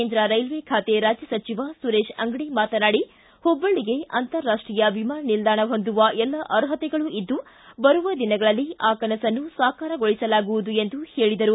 ಕೇಂದ್ರ ರೈಲ್ವೆ ಖಾತೆ ರಾಜ್ಯ ಸಚಿವ ಸುರೇಶ ಅಂಗಡಿ ಮಾತನಾಡಿ ಹುಬ್ಬಳ್ಳಗೆ ಅಂತಾರಾಷ್ಷೀಯ ವಿಮಾನ ನಿಲ್ದಾಣ ಹೊಂದುವ ಎಲ್ಲ ಅರ್ಹತೆಗಳು ಇದ್ದು ಬರುವ ದಿನಗಳಲ್ಲಿ ಆ ಕನಸನ್ನು ಸಾಕಾರಗೊಳಿಸಲಾಗುವುದು ಎಂದು ಹೇಳಿದರು